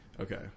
Okay